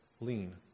lean